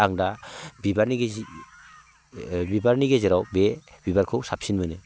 आं दा बिबारनि गेजेर बिबारनि गेजेराव बे बिबारखौ साबसिन मोनो